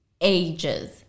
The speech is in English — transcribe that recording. ages